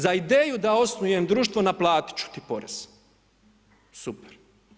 Za ideju da osnujem društvo, naplatit ću ti porez, super.